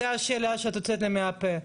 זאת השאלה שהוצאת לי מהפה.